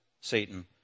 Satan